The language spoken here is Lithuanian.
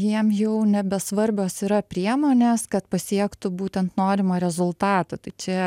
jiem jau nebesvarbios yra priemonės kad pasiektų būtent norimą rezultatą tai čia